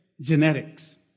genetics